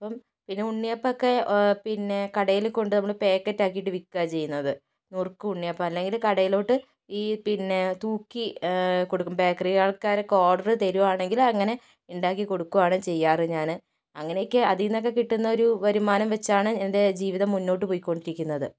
അപ്പം പിന്നെ ഉണ്ണിയപ്പമൊക്കെ പിന്നെ കടയിൽകൊണ്ടുപോകുന്ന പാക്കറ്റ് ആക്കിയിട്ട് വിൽക്കുകയാണ് ചെയ്യുന്നത് മുറുക്കും ഉണ്ണിയപ്പവും അല്ലെങ്കിൽ കടയിലോട്ട് ഈ പിന്നെ തൂക്കി കൊടുക്കും ബേക്കറി ആൾക്കാരൊക്കെ ഓർഡർ തരികയാണെങ്കിൽ അങ്ങനെ ഉണ്ടാക്കി കൊടുക്കുകയാണ് ചെയ്യാറ് ഞാൻ അങ്ങനെയൊക്കെ അതിൽ നിന്നൊക്കെ കിട്ടുന്ന ഒരു വരുമാനം വെച്ചാണ് എന്റെ ജീവിതം മുന്നോട്ട് പോയിക്കൊണ്ടിരിക്കുന്നത്